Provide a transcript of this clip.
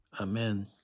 Amen